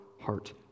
heart